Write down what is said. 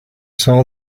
saw